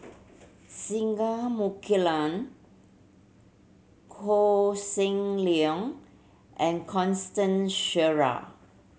Singai Mukilan Koh Seng Leong and Constant Sheares